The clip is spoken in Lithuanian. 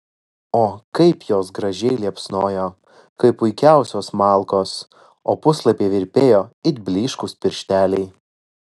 o kaip jos gražiai liepsnojo kaip puikiausios malkos o puslapiai virpėjo it blyškūs piršteliai